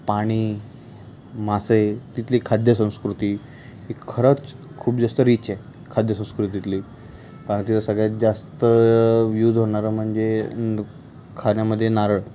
पाणी मासे तिथली खाद्य संस्कृती ही खरंच खूप जास्त रीच आहे खाद्य संस्कृती तिथली कारण तिथे सगळ्यात जास्त व्यूज होणारं म्हणजे खाण्यामध्ये नारळ